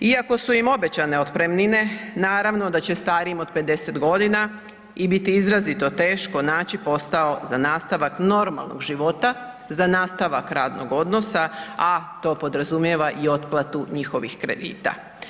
Iako su im obećane otpremnine naravno da će starijim od 50 godina i biti izrazito teško naći posao za nastavak normalnog života, za nastavak radnog odnosa, a to podrazumijeva i otplatu njihovog kredita.